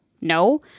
No